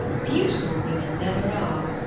beautiful women never are!